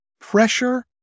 Pressure